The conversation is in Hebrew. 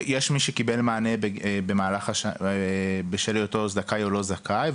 יש מי שקיבל מענה בשל היותו זכאי או לא זכאי,